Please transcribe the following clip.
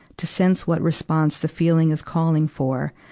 to sense what response the feeling is calling for.